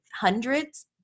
hundreds